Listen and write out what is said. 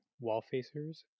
wall-facers